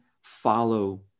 follow